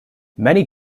many